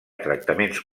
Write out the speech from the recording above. tractaments